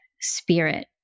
spirit